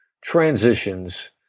transitions